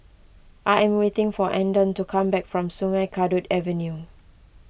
I am waiting for andon to come back from Sungei Kadut Avenue